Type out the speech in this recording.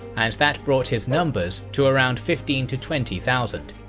and that brought his numbers to around fifteen to twenty thousand.